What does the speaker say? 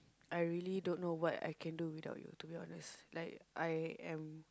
I really don't know what can do without you like I can